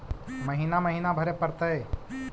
महिना महिना भरे परतैय?